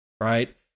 right